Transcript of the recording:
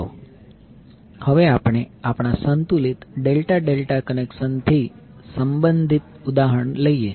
ચાલો હવે આપણે આપણા સંતુલિત ડેલ્ટા ડેલ્ટા કનેક્શનથી સંબંધિત ઉદાહરણ લઈએ